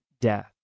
death